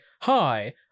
hi